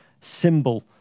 symbol